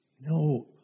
No